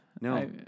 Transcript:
No